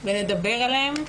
ונדבר עליהם,